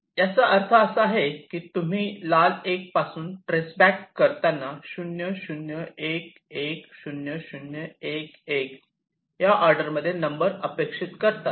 याचा अर्थ असा आहे की तुम्ही लाल 1 पासून ट्रेस बॅक करताना 0 0 1 1 0 0 1 1 या ऑर्डरमध्ये नंबर अपेक्षित करतात